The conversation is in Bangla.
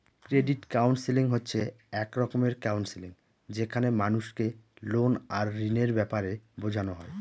ক্রেডিট কাউন্সেলিং হচ্ছে এক রকমের কাউন্সেলিং যেখানে মানুষকে লোন আর ঋণের ব্যাপারে বোঝানো হয়